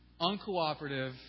uncooperative